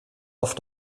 auf